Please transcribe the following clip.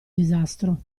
disastro